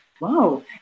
wow